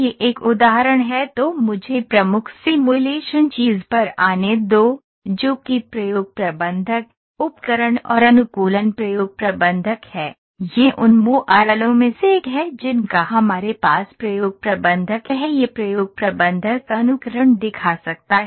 यह एक उदाहरण है तो मुझे प्रमुख सिमुलेशन चीज़ पर आने दो जो कि प्रयोग प्रबंधक उपकरण और अनुकूलन प्रयोग प्रबंधक है यह उन मॉडलों में से एक है जिनका हमारे पास प्रयोग प्रबंधक है यह प्रयोग प्रबंधक अनुकरण दिखा सकता है